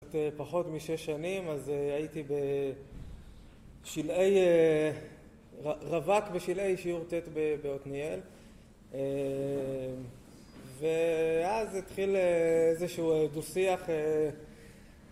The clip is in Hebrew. פחות משש שנים, אז הייתי בשלהיי... רווק, ושילהיי שיעור ט' באותניאל ואז התחיל איזה שהוא דו-שיח